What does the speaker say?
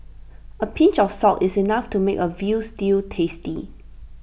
A pinch of salt is enough to make A Veal Stew tasty